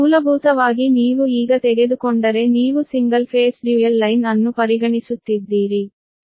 ಮೂಲಭೂತವಾಗಿ ನೀವು ಈಗ ತೆಗೆದುಕೊಂಡರೆ ನೀವು ಸಿಂಗಲ್ ಫೇಸ್ ಡ್ಯುಯಲ್ ಲೈನ್ ಅನ್ನು ಪರಿಗಣಿಸುತ್ತಿದ್ದೀರಿ